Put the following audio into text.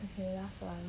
okay last one